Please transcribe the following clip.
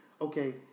okay